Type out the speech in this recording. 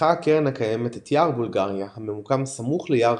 חנכה הקרן הקיימת את יער בולגריה הממוקם סמוך ליער